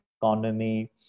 economy